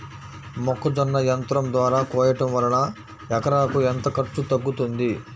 మొక్కజొన్న యంత్రం ద్వారా కోయటం వలన ఎకరాకు ఎంత ఖర్చు తగ్గుతుంది?